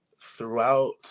Throughout